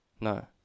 No